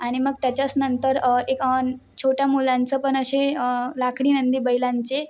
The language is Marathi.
आणि मग त्याच्याच नंतर एक छोट्या मुलांचं पण असे लाकडी नंदी बैलांचे